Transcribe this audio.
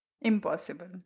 Impossible